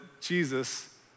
Jesus